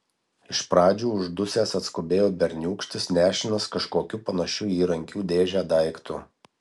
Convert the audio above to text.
iš pradžių uždusęs atskubėjo berniūkštis nešinas kažkokiu panašiu į įrankių dėžę daiktu